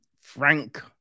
Frank